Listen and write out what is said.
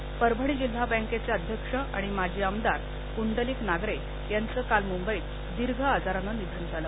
निधन परभणी जिल्हा बँकेचे अध्यक्ष आणि माजी आमदार कुंडलिक नागरे यांचं काल मुंबईत दीर्घ आजारानं निधन झालं